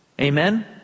Amen